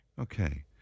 Okay